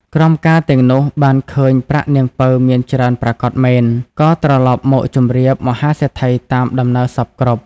ក្រមការទាំងនោះបានឃើញប្រាក់នាងពៅមានច្រើនប្រាកដមែន ក៏ត្រឡប់មកជម្រាបមហាសេដ្ឋីតាមដំណើរសព្វគ្រប់ ។